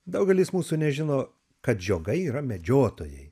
daugelis mūsų nežino kad žiogai yra medžiotojai